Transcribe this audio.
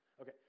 Okay